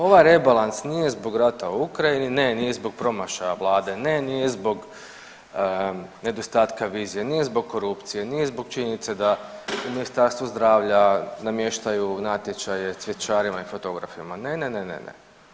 Ovaj rebalans nije zbog rata u Ukrajini, ne nije zbog promašaja vlade, ne nije zbog nedostatka vizije, nije zbog korupcije, nije zbog činjenice da u Ministarstvu zdravlja namještaju natječaje cvjećarima i fotografima, ne, ne, ne, ne.